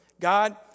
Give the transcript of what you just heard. God